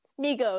migos